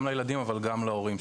גם לילדים וגם להורים,